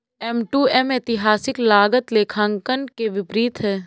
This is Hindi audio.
एम.टू.एम ऐतिहासिक लागत लेखांकन के विपरीत है